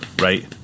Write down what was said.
right